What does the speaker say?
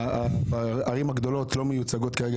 הערים הגדולות לא מיוצגות כרגע,